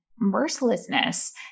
mercilessness